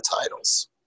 titles